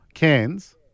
Cans